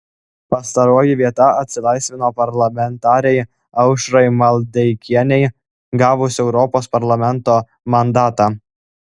pastaroji vieta atsilaisvino parlamentarei aušrai maldeikienei gavus europos parlamento mandatą